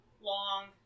long